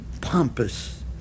pompous